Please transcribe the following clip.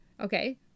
Okay